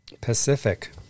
Pacific